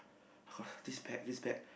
this bag this bag